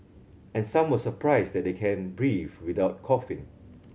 and some were surprised that they can breathe without coughing